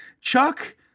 chuck